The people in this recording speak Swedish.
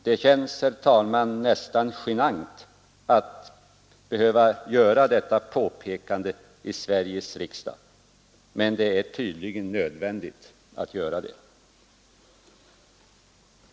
Det känns nästan genant att behöva göra detta påpekande i Sveriges riksdag, men det är tydligen nödvändigt att göra det.